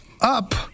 up